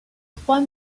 trois